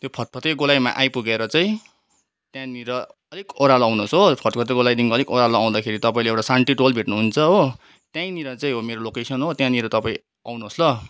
त्यो फत्फते गोलाइमा आइपुगेर चाहिँ त्यहाँनिर अलिक ओह्रालो आउनुहोस् हो फत्फते गोलाइदेखि अलिक ओह्रालो आउँदाखेरि तपाईँले एउटा शान्ति टोल भेट्नुहुन्छ हो त्यहीँनिर चाहिँ हो मेरो लोकेसन हो त्यहाँनिर तपाईँ आउनुहोस् ल